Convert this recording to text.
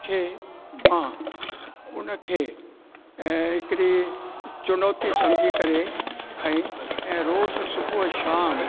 खे मां उनखे ऐं हिकिड़ी चुनौती सम्झी करे खईं ऐं रोज़ सुबुह शाम